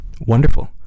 Wonderful